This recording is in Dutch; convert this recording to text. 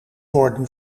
worden